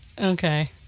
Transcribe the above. Okay